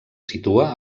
situa